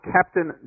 Captain